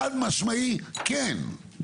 חד משמעי כן.